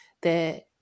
that-